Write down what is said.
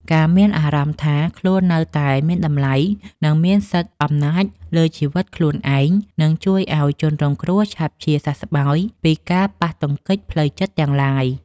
ការមានអារម្មណ៍ថាខ្លួននៅតែមានតម្លៃ និងមានសិទ្ធិអំណាចលើជីវិតខ្លួនឯងនឹងជួយឱ្យជនរងគ្រោះឆាប់ជាសះស្បើយពីការប៉ះទង្គិចផ្លូវចិត្តទាំងឡាយ។